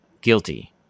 guilty